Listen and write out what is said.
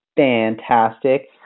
Fantastic